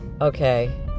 Okay